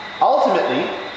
Ultimately